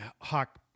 hawk